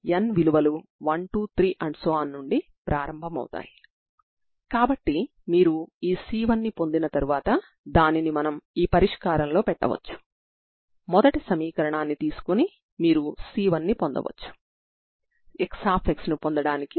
ఇప్పుడు 0 సందర్భాన్ని చూస్తే మీరు Xx0 ని కలిగి ఉంటారు